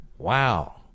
wow